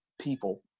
people